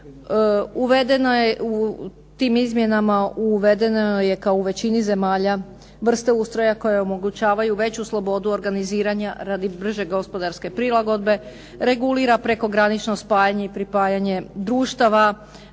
Uvedeno je, u tim izmjenama uvedeno je kao u većini zemalja vrste ustroja koje omogućavaju veću slobodu organiziranja radi bržeg gospodarske prilagodbe, regulira prekogranično spajanje i pripajanje društava,